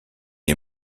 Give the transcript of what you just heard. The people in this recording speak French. est